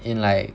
in like